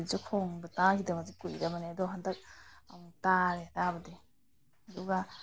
ꯀꯣꯀꯤꯜꯁꯨ ꯈꯣꯡꯕꯁꯤ ꯇꯥꯒꯤꯗꯕꯗꯨ ꯀꯨꯏꯔꯕꯅꯦ ꯑꯗꯣ ꯍꯟꯇꯛ ꯑꯃꯨꯛ ꯇꯥꯔꯦ ꯇꯥꯕꯗꯤ ꯑꯗꯨꯒ